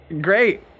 great